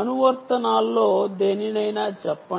అనువర్తనాల్లో దేనినైనా చెప్పండి